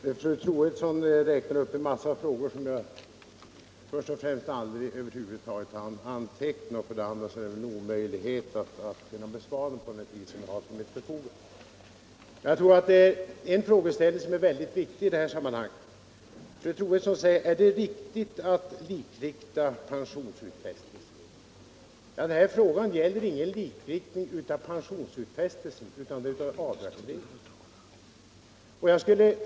Herr talman! Fru Troedsson räknade upp en massa frågor som jag för det första inte hann anteckna och för det andra omöjligt kan besvara på den korta tid jag har till mitt förfogande. Fru Troedsson frågade om det var riktigt att likrikta pensionsutfästelser. Men den här frågan gäller ingen likriktning av pensionsutfästelser utan likriktning av avdragsregler.